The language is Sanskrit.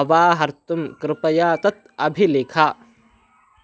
अवाहर्तुं कृपया तत् अभिलिख